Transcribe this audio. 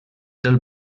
del